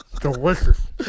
Delicious